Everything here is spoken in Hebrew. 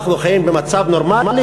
אנחנו חיים במצב נורמלי,